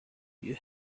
you